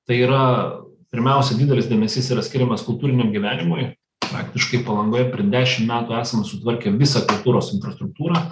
tai yra pirmiausia didelis dėmesys yra skiriamas kultūriniam gyvenimui praktiškai palangoj per dešim metų esame sutvarkę visą kultūros infrastruktūrą